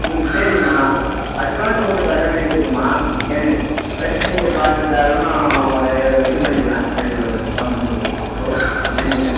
ம் சரிங்ம்மா அட்வான்ஸ் கொஞ்சம் கட்டவேண்டி இருக்குதும்மா என்ன கட்டி நீங்கள் பாக்கி தாராளமாக இது பண்ணிக்கலாம் ரெண்டு வருஷத்துக்கோ மூணு வருஷத்துக்கோ வந்து நீங்கள்